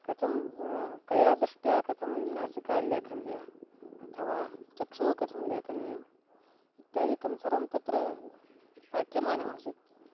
कथं कया दृष्ट्या कथं नासिका लेखनीया अथवा चक्षुः कथं लेखनीयम् इत्यादिकं सर्वं तत्र पाठ्यमानमासीत्